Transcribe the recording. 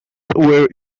were